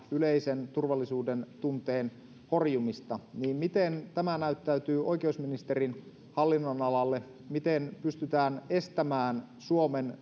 yleisen turvallisuudentunteen horjumista niin miten tämä näyttäytyy oikeusministerin hallinnonalalla miten pystytään estämään suomen